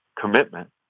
commitment